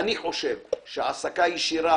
אני חושב שהעסקה ישירה,